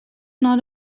not